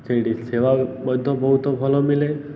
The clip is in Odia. ସେଇଠି ସେବା ମଧ୍ୟ ବହୁତ ଭଲ ମଳେ